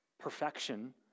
perfection